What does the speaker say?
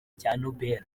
cyitiriwe